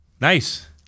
Nice